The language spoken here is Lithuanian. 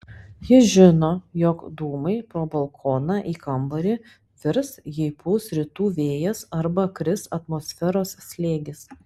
ji žino jog dūmai pro balkoną į kambarį virs jei pūs rytų vėjas arba kris atmosferos slėgis